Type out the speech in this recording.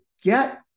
get